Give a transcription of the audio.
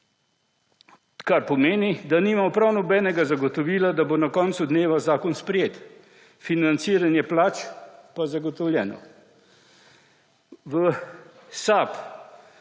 kar pomeni, da nimamo prav nobenega zagotovila, da bo na koncu dne zakon sprejet. Financiranje plač pa zagotovljeno. V SAB